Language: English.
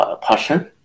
passion